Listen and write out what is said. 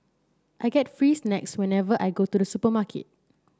I get free snacks whenever I go to the supermarket